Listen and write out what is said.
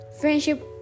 Friendship